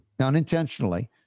unintentionally